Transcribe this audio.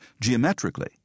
geometrically